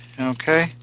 Okay